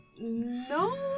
No